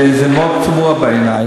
וזה מאוד תמוה בעיני.